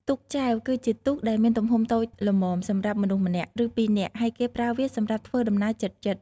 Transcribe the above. ទូកចែវ គឺជាទូកដែលមានទំហំតូចល្មមសម្រាប់មនុស្សម្នាក់ ឬពីរនាក់ ហើយគេប្រើវាសម្រាប់ធ្វើដំណើរជិតៗ។